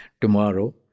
tomorrow